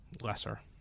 lesser